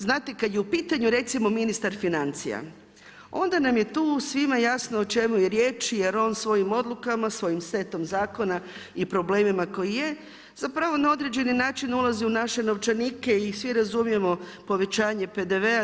Znate kada je u pitanju recimo ministar financija onda nam je tu svima jasno o čemu je riječ jer on svojim odlukama, svojim setom zakona i problemima koji jesu zapravo na određeni način ulazi u naše novčanike i svi razumijemo povećanje PDV-a.